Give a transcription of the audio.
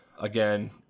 again